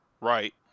right